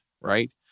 right